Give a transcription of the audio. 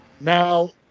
Now